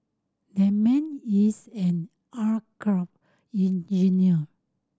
that man is an aircraft engineer